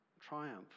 triumph